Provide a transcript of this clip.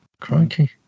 crikey